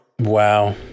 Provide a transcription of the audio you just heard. Wow